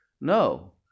No